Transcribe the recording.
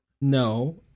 No